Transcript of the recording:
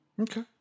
Okay